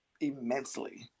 immensely